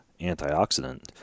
antioxidant